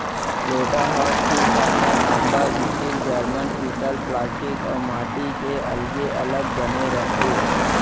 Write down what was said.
लोटा ह फूलकांस, तांबा, स्टील, जरमन, पीतल प्लास्टिक अउ माटी के अलगे अलग बने रथे